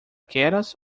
keras